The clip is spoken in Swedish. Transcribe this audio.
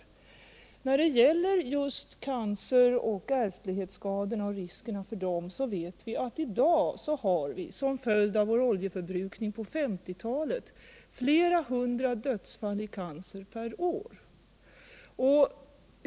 När det gäller just risken för cancer och ärftlighetsskador vet vi att vi i dag som en följd av vår oljeförbrukning på 1950-talet har flera hundra dödsfall i cancer per år.